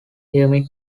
humid